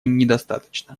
недостаточно